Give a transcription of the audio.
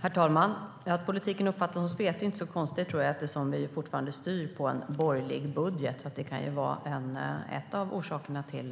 Herr talman! Att politiken uppfattas som spretig är inte så konstigt eftersom vi fortfarande styr med en borgerlig budget. Det kan vara en av orsakerna till